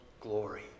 glory